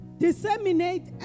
Disseminate